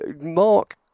Mark